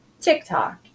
TikTok